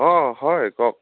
অ হয় কওক